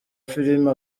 filime